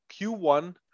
Q1